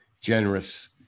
generous